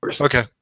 Okay